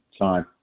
Time